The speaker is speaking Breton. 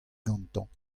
gantañ